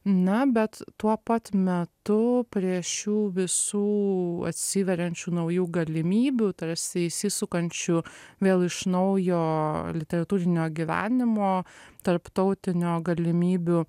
na bet tuo pat metu prie šių visų atsiveriančių naujų galimybių tarsi išsisukančių vėl iš naujo literatūrinio gyvenimo tarptautinio galimybių